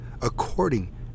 according